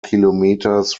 kilometers